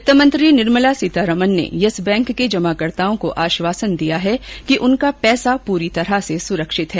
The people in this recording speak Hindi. वित्त मंत्री निर्मला सीतारामण ने येस बैंक के जमाकर्ताओं को आश्वासन दिया है कि उनका पैसा सुरक्षित है